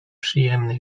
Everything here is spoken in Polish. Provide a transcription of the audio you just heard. przyjemny